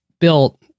built